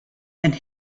and